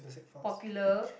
popular